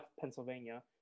Pennsylvania